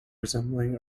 resembling